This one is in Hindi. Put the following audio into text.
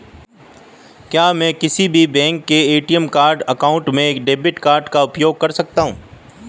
क्या मैं किसी भी बैंक के ए.टी.एम काउंटर में डेबिट कार्ड का उपयोग कर सकता हूं?